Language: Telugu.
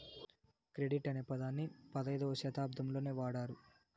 క్రెడిట్ అనే పదాన్ని పదైధవ శతాబ్దంలోనే వాడారు